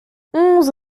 onze